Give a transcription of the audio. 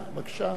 בבקשה.